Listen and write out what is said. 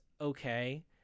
okay